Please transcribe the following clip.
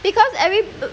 because everyb~